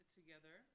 together